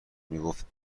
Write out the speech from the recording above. میگفت